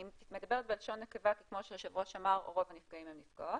אני מדברת בלשון נקבה כי כמו שהיושב ראש אמר רוב הנפגעים הם נפגעות.